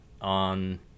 on